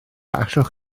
allwch